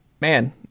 man